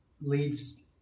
leads